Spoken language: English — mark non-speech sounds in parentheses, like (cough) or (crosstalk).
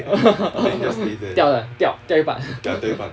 (laughs) 掉了掉掉一半 (laughs)